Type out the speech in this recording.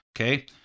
Okay